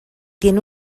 tiene